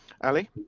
ali